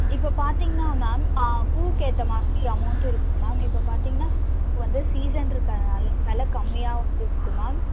இப்போ பார்த்தீங்கன்னா மேம் பூக்கேத்தமாதிரி அமௌண்ட்டு இருக்குது மேம் இப்போ பார்த்தீங்கன்னா இப்போ வந்து சீசன்ருக்கறதனால வில கம்மியாகவும் இருக்குது மேம்